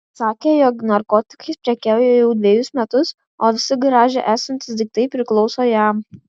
sakė jog narkotikais prekiauja jau dvejus metus o visi garaže esantys daiktai priklauso jam